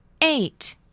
Eight